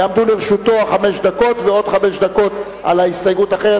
יעמדו לרשותו חמש דקות ועוד חמש דקות על ההסתייגות האחרת,